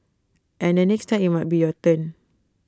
and the next time IT might be your turn